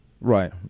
Right